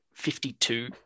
52